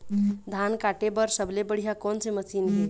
धान काटे बर सबले बढ़िया कोन से मशीन हे?